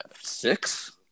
six